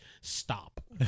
Stop